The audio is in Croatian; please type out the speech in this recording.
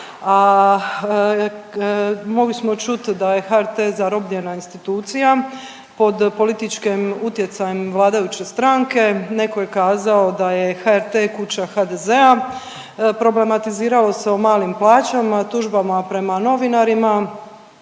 mogli smo čuti da je HRT zarobljena institucija pod političkim utjecajem vladajuće stranke, netko je kazao da je HRT kuća HDZ-a, problematiziralo se o malim plaćama, tužbama prema novinarima